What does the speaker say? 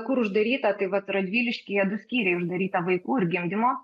kur uždaryta tai vat radviliškyje du skyriai uždaryta vaikų ir gimdymo